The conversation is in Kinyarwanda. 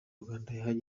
bw’abanyarwanda